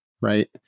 right